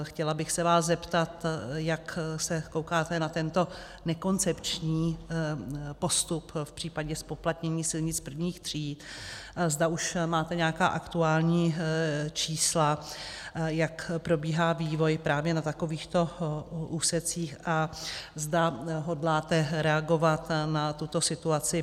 Chtěla bych se vás zeptat, jak se koukáte na tento nekoncepční postup v případě zpoplatnění silnic prvních tříd, zda už máte nějaká aktuální čísla, jak probíhá vývoj právě na takovýchto úsecích a zda hodláte reagovat na tuto situaci.